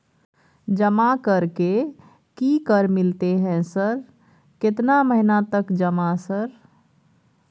जमा कर के की कर मिलते है सर केतना महीना तक जमा सर?